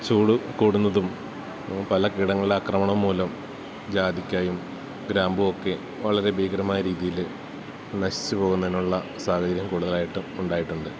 ചൂടു കൂടുന്നതും പല കീടങ്ങളുടെ ആക്രമണം മൂലവും ജാതിയ്ക്കായും ഗ്രാമ്പൂവുമൊക്കെ വളരെ ഭീകരമായ രീതിയില് നശിച്ചു പോകുന്നതിനുള്ള സാഹചര്യം കൂടുതലായിട്ടും ഉണ്ടായിട്ടുണ്ട്